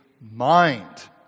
mind